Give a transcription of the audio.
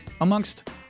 amongst